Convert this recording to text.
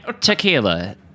Tequila